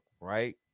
right